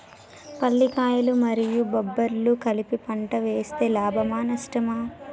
పల్లికాయలు మరియు బబ్బర్లు కలిపి పంట వేస్తే లాభమా? నష్టమా?